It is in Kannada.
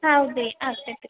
ಹೌದು ರೀ ಆಗ್ತದ್ ರೀ